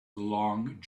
long